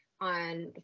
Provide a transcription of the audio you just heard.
On